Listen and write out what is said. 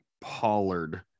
Pollard